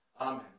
Amen